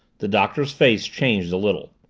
the doctor's face changed a little.